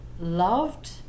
loved